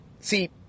See